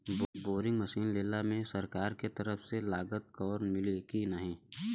Boring machine लेला मे सरकार के तरफ से लागत कवर मिली की नाही?